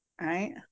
right